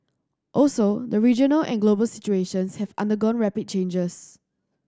also the regional and global situations have undergone rapid changes